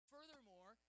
Furthermore